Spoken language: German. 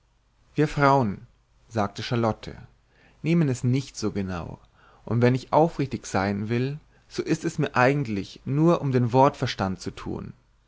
wir frauen sagte charlotte nehmen es nicht so genau und wenn ich aufrichtig sein soll so ist es mir eigentlich nur um den wortverstand zu tun